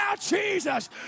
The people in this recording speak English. Jesus